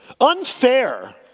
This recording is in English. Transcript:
unfair